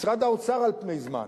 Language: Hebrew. משרד האוצר, על פני זמן.